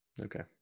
Okay